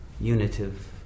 unitive